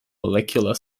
molecular